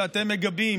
שאתם מגבים,